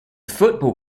football